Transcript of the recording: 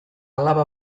alaba